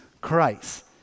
Christ